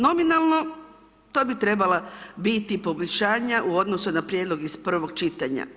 Nominalno to bi trebala biti poboljšanja u odnosu na prijedlog iz prvog čitanja.